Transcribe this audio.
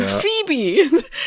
phoebe